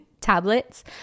tablets